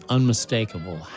unmistakable